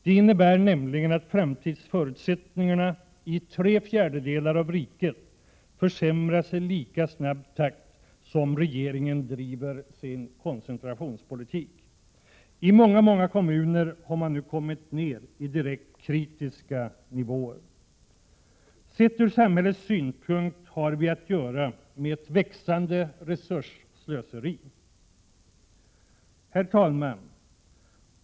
Det innebär nämligen att framtidsförutsättningarna —i tre fjärdedelar av riket — försämras i lika snabb takt som regeringen driver sin koncentrationspolitik. I många kommuner har man nu 21 kommit ned till direkt kritiska nivåer. Sett från samhällets synpunkt har vi att göra med ett växande resursslöseri. Herr takman!